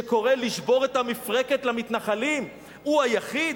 שקורא לשבור את המפרקת למתנחלים, הוא היחיד?